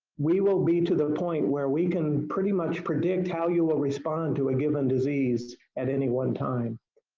we will be to the point where we can pretty much predict how you will respond to a given disease at any one time.